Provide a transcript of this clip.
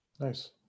Nice